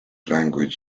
languages